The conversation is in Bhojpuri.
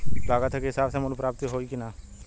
लागत के हिसाब से मूल्य प्राप्त हो पायी की ना?